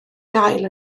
gael